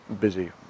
busy